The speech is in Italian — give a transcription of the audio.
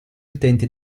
utenti